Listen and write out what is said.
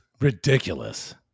ridiculous